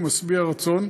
הוא משביע רצון,